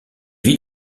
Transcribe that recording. vit